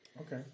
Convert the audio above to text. Okay